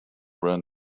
run